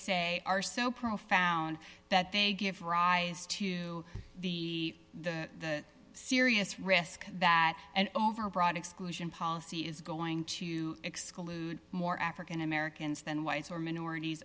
say are so profound that they give rise to the the serious risk that an overbroad exclusion policy is going to exclude more african americans than whites or minorities